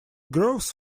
grows